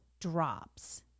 drops